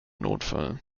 notfall